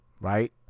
Right